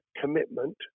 commitment